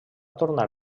tornar